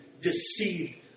deceived